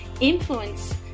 influence